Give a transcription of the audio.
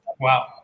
wow